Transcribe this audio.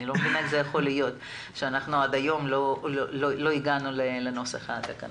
אני לא מבינה איך יכול להיות שעד היום לא הגענו לנוסח התקנות.